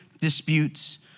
disputes